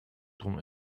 drum